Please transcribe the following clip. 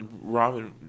Robin